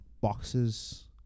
boxes